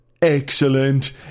Excellent